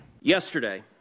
Yesterday